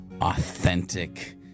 authentic